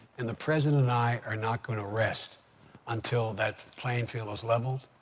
and the president and i are not going to rest until that playing field is leveled,